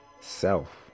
self